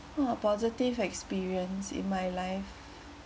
oh positive experience in my life